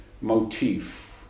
motif